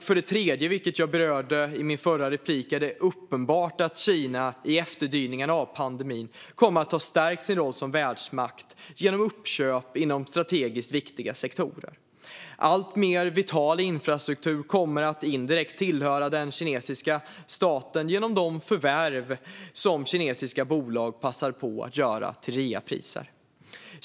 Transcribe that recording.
För det tredje, vilket jag berörde i mitt förra inlägg, är det uppenbart att Kina i efterdyningarna av pandemin kommer att ha stärkt sin roll som världsmakt genom uppköp inom strategiskt viktiga sektorer. Alltmer vital infrastruktur kommer indirekt att tillhöra den kinesiska staten genom de förvärv som kinesiska bolag passar på att göra till reapriser.